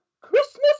Christmas